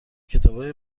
کتابای